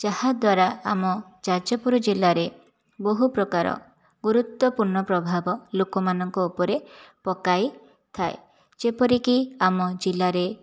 ଯାହାଦ୍ଵାରା ଆମ ଯାଜପୁର ଜିଲ୍ଲାରେ ବହୁ ପ୍ରକାର ଗୁରୁତ୍ଵପୂର୍ଣ୍ଣ ପ୍ରଭାବ ଲୋକମାନଙ୍କ ଉପରେ ପକାଇଥାଏ ଯେପରିକି ଆମ ଜିଲ୍ଲାରେ